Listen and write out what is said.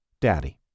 Daddy